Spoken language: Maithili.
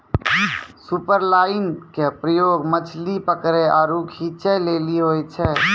सुपरलाइन के प्रयोग मछली पकरै आरु खींचै लेली होय छै